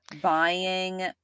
Buying